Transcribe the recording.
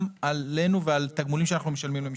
עלינו וגם תגמולים שאנחנו משלמים למשפחות.